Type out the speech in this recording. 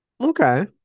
Okay